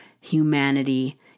humanity